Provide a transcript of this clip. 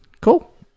Cool